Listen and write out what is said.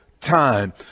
time